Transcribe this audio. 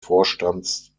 vorstands